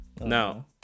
No